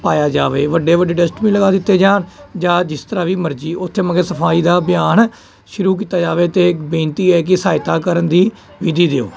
ਪਾਇਆ ਜਾਵੇ ਵੱਡੇ ਵੱਡੇ ਡਸਟਬਿਨ ਲਗਾ ਦਿੱਤੇ ਜਾਣ ਜਾਂ ਜਿਸ ਤਰ੍ਹਾਂ ਵੀ ਮਰਜ਼ੀ ਉੱਥੇ ਮਗਰ ਸਫਾਈ ਦਾ ਅਭਿਆਨ ਸ਼ੁਰੂ ਕੀਤਾ ਜਾਵੇ ਅਤੇ ਬੇਨਤੀ ਹੈ ਕਿ ਸਹਾਇਤਾ ਕਰਨ ਦੀ ਵਿਧੀ ਦਿਓ